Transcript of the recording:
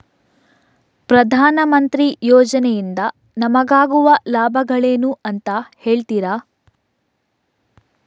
ಪ್ರಧಾನಮಂತ್ರಿ ಯೋಜನೆ ಇಂದ ನಮಗಾಗುವ ಲಾಭಗಳೇನು ಅಂತ ಹೇಳ್ತೀರಾ?